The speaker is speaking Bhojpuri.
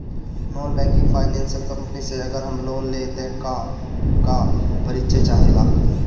नॉन बैंकिंग फाइनेंशियल कम्पनी से अगर हम लोन लि त का का परिचय चाहे ला?